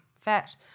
fat